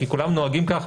כולם נוהגים כך,